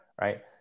right